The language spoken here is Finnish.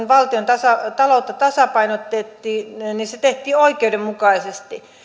valtiontaloutta tasapainotettiin että se tehtiin oikeudenmukaisesti